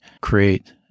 create